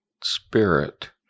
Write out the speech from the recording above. spirit